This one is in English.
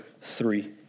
three